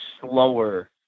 slower